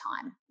time